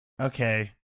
okay